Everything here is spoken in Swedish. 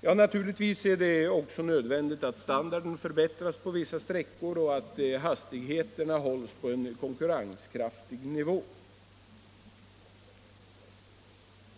Naturligtvis är det också nödvändigt att standarden förbättras på vissa sträckor och att hastigheterna hålls på en konkurrenskraftig nivå.